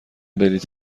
بلیط